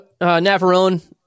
navarone